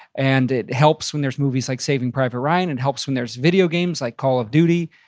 and it helps when there's movies like saving private ryan and helps when there's video games like call of duty.